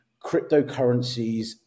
cryptocurrencies